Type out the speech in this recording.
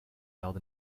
held